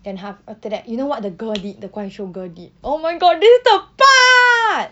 then 她 after that you know [what] the girl did the 怪兽 girl did oh my god this is the part